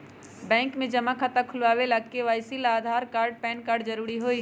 bank में जमा खाता खुलावे ला के.वाइ.सी ला आधार कार्ड आ पैन कार्ड जरूरी हई